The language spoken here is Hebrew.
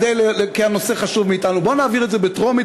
כי הנושא חשוב מאתנו: בוא נעביר את זה בטרומית,